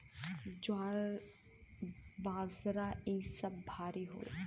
ज्वार बाजरा इ सब भारी होला